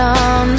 on